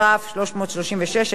כ/336.